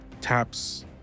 taps